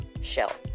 shell